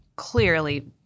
clearly